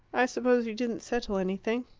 i suppose you didn't settle anything?